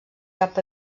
cap